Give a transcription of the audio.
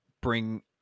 bring